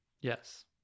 Yes